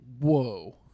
whoa